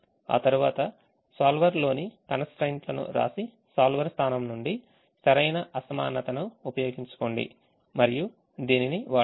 ఆ తర్వాత solver లోని constraints లను వ్రాసి solver స్థానం నుండి సరైన అసమానతను ఉపయోగించుకోండి మరియు దీనిని వాడండి